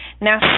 Now